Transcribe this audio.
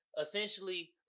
essentially